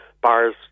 bars